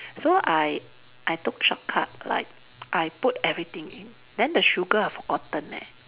so I I took shortcut like I put everything in then the sugar I forgotten eh